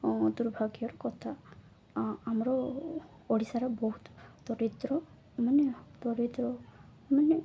ଦୁର୍ଭାଗ୍ୟର କଥା ଆମର ଓଡ଼ିଶାର ବହୁତ ଦରିଦ୍ରମାନେ ଦରିଦ୍ରମାନେ